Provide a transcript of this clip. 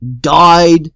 died